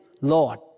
Lord